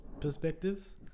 perspectives